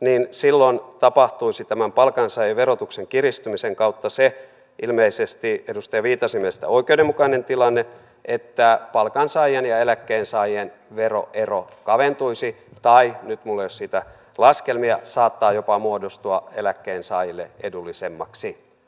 niin silloin tapahtuisi tämän palkansaajien verotuksen kiristymisen kautta se ilmeisesti edustaja viitasen mielestä oikeudenmukainen tilanne että palkansaajien ja eläkkeensaajien veroero kaventuisi tai nyt minulla ei ole siitä laskelmia saattaisi jopa muodostua eläkkeensaajille edullisemmaksi